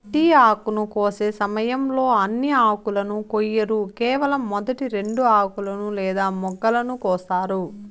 tea ఆకును కోసే సమయంలో అన్ని ఆకులను కొయ్యరు కేవలం మొదటి రెండు ఆకులను లేదా మొగ్గలను కోస్తారు